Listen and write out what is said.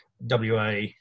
WA